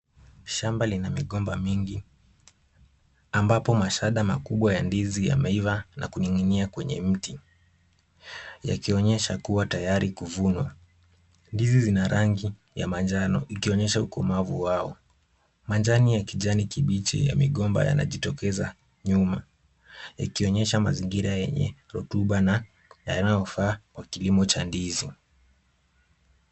Shamba lina migomba mingi, ambapo mashada makubwa ya ndizi yameiva na kuning'inia kwenye mti, yakionyesha kuwa tayari kuvunwa. Ndizi zina rangi ya manjano, ikionyesha ukomavu wao. Manjani ya kijani kibichi ya migomba yanajitokeza, nyuma. Ikionyesha mazingira yenye rotuba na yanayofaa kwa kilimo cha ndizi.